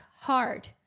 hard